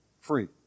free